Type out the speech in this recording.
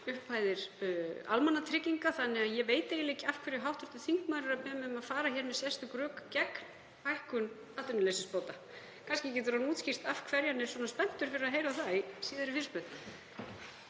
upphæðir almannatrygginga, þannig að ég veit eiginlega ekki af hverju hv. þingmaður er að biðja mig um að fara með sérstök rök gegn hækkun atvinnuleysisbóta. Kannski getur hann útskýrt af hverju hann er svona spenntur fyrir því að heyra það í síðari fyrirspurn.